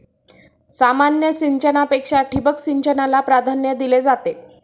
सामान्य सिंचनापेक्षा ठिबक सिंचनाला प्राधान्य दिले जाते